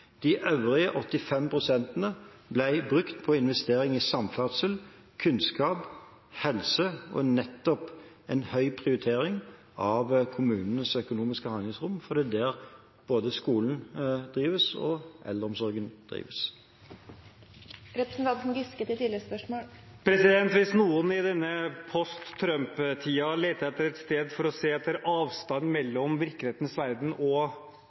De øvrige 85 pst. ble brukt på investeringer i samferdsel, kunnskap, helse – nettopp en høy prioritering av kommunenes økonomiske handlingsrom, for det er innenfor det både skolene og eldreomsorgen drives. Hvis noen i denne post-Trump-tiden leter etter et sted for å se etter avstand mellom virkelighetens verden og